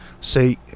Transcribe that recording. say